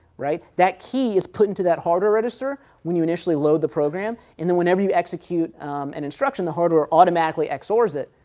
right. that key is put into that hardware register when you initially load the program and then whenever you execute an instruction, the hardware automatically xor's it,